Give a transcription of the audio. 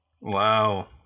Wow